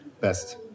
best